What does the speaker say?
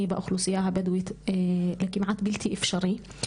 באוכלוסייה הבדווית לכמעט בלתי אפשרי.